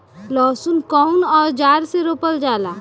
लहसुन कउन औजार से रोपल जाला?